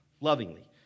lovingly